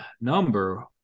number